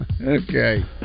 Okay